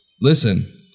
listen